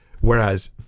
whereas